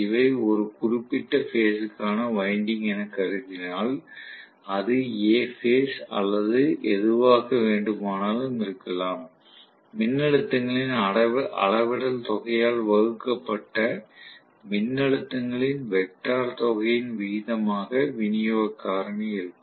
இவை ஒரு குறிப்பிட்ட பேஸ் க்கான வைண்டிங் என கருதினால் அது A பேஸ் அல்லது எதுவாக வேண்டுமானாலும் இருக்கலாம் மின்னழுத்தங்களின் அளவிடல் தொகையால் வகுக்கப்பட்ட மின்னழுத்தங்களின் வெக்டர் தொகையின் விகிதமாக விநியோக காரணி இருக்கும்